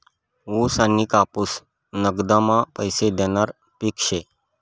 ऊस आनी कापूस नगदना पैसा देनारं पिक शे